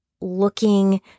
looking